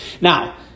Now